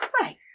Right